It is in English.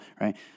right